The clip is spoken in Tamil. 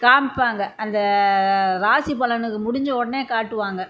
காமிப்பாங்க அந்த ராசி பலன் முடிஞ்ச உடனே காட்டுவாங்க